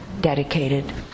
dedicated